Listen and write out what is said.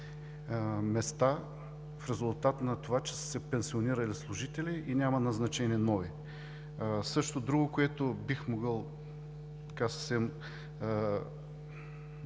места, в резултат на това че са се пенсионирали служители и няма назначени нови. Другото, за което бих могъл коректно